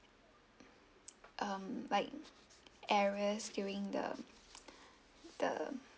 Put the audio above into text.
um like errors during the the